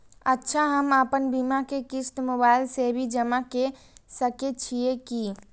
अच्छा हम आपन बीमा के क़िस्त मोबाइल से भी जमा के सकै छीयै की?